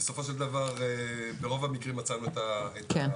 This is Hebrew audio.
בסופו של דבר ברוב המקרים מצאנו את הפתרונות.